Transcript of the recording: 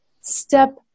Step